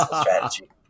strategy